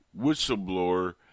whistleblower